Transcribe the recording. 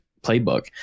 playbook